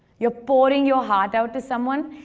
you're pouring your heart out to someone,